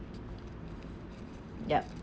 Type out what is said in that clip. yup